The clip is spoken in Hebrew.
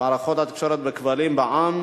מערכות תקשורת בכבלים בע"מ",